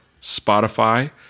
Spotify